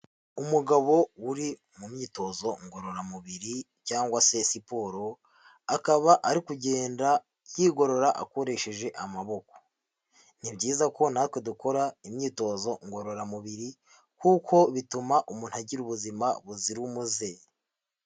Umugabo uri mu myitozo ngororamubiri cyangwa se siporo, akaba ari kugenda yigorora akoresheje amaboko, ni byiza kuko natwe dukora imyitozo ngororamubiri kuko bituma umuntu agira ubuzima buzira umuze.